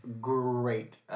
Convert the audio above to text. Great